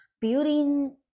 building